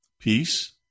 peace